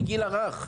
בגיל הרך,